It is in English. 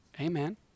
Amen